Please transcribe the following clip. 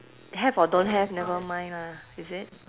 have or don't have nevermind lah is it